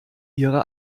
ihre